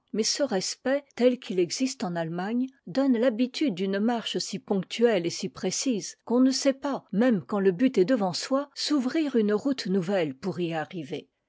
mais ce respect tel qu'il existe en allemagne donne l'habitude d'une marche si ponctuelle et si précise qu'on ne sait pas même quand le but est devant soi s'ouvrir une route nouvelle pour y arriver